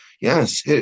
yes